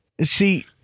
See